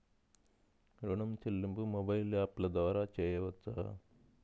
ఋణం చెల్లింపు మొబైల్ యాప్ల ద్వార చేయవచ్చా?